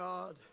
God